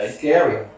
scary